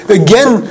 again